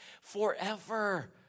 forever